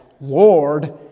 Lord